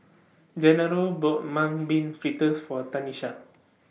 Gennaro bought Mung Bean Fritters For Tanisha